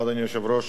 כבוד השר,